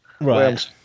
right